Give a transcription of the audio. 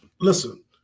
Listen